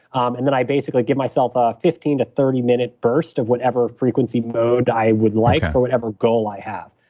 um and then i basically give myself a ah fifteen thirty minute burst of whatever frequency mode i would like for whatever goal i have.